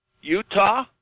Utah